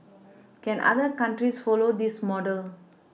can other countries follow this model